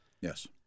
Yes